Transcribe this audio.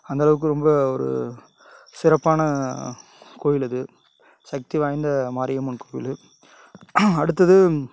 அந்தளவுக்கு ரொம்ப ஒரு சிறப்பான கோயில் அது சக்தி வாய்ந்த மாரியம்மன் கோவில் அடுத்தது